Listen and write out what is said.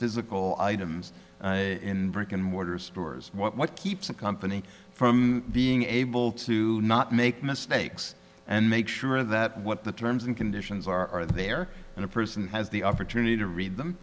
physical items in brick and mortar stores what keeps a company from being able to not make mistakes and make sure that what the terms and conditions are there and a person has the opportunity to read them